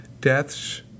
death's